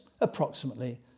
approximately